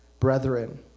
Brethren